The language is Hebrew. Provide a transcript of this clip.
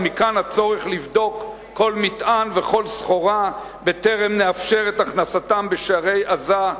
ומכאן הצורך לבדוק כל מטען וכל סחורה בטרם נאפשר את הכנסתם בשערי עזה,